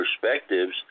perspectives